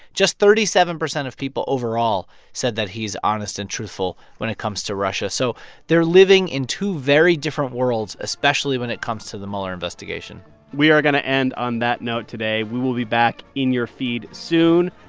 just thirty seven percent of people overall said that he's honest and truthful when it comes to russia. so they're living in two very different worlds, especially when it comes to the mueller investigation we are going to end on that note today. we will be back in your feed soon.